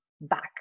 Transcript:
back